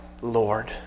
Lord